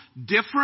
different